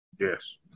Yes